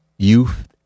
Youth